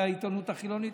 בעיתונות החילונית,